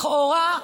לכאורה,